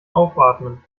aufatmen